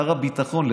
שר הביטחון,